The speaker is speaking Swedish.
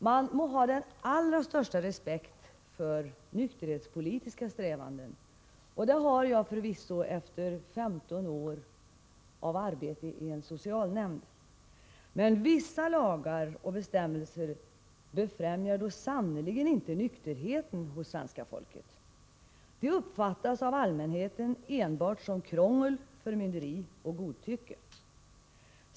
Man må ha den allra största respekt för nykterhetspolitiska strävanden — det har jag förvisso, efter 15 års arbete i en socialnämnd — men vissa lagar och bestämmelser befrämjar sannerligen inte nykterheten hos svenska folket utan uppfattas av allmänheten enbart som krångel, förmynderi och godtycke.